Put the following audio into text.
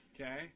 Okay